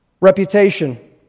reputation